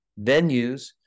venues